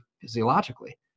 physiologically